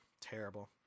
Terrible